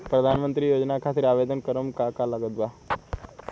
प्रधानमंत्री योजना खातिर आवेदन करम का का लागत बा?